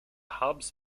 hubs